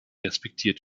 respektiert